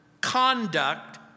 conduct